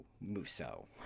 Muso